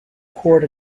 cord